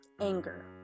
anger